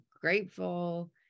grateful